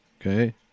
Okay